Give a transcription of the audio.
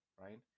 right